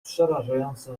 przerażająco